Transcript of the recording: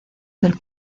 del